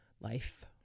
life